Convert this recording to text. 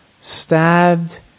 Stabbed